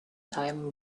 time